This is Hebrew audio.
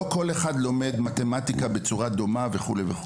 לא כל אחד לומד מתמטיקה בצורה דומה וכולי.